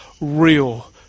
Real